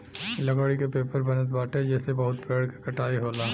लकड़ी के पेपर बनत बाटे जेसे बहुते पेड़ के कटाई होला